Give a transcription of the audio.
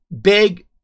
big